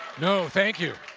no, thank you,